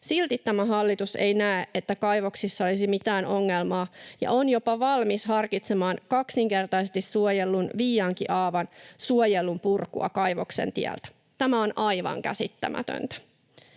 Silti tämä hallitus ei näe, että kaivoksissa olisi mitään ongelmaa, ja on jopa valmis harkitsemaan kaksinkertaisesti suojellun Viiankiaavan suojelun purkua kaivoksen tieltä. Tämä on aivan käsittämätöntä.